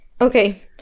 Okay